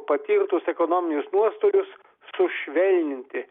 patirtus ekonominius nuostolius sušvelninti